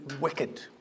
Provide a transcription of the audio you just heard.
wicked